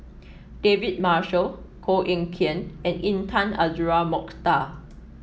David Marshall Koh Eng Kian and Intan Azura Mokhtar